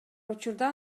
учурда